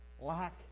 lack